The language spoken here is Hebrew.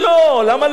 למה לא?